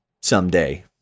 someday